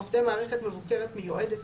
עובדי מערכת מבוקרת מיועדת,